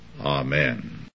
Amen